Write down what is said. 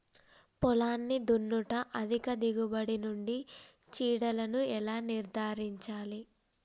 పొలాన్ని దున్నుట అధిక దిగుబడి నుండి చీడలను ఎలా నిర్ధారించాలి?